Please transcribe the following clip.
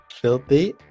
filthy